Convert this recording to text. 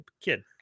kid